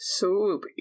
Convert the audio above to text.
Swoopy